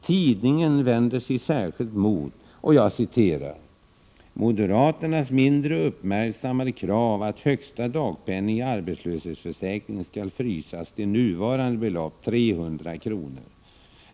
Tidningen vänder sig särskilt mot ”moderaternas mindre uppmärksammade krav att högsta dagpenning i arbetslöshetsförsäkringen skall frysas till nuvarande belopp, 300 kronor.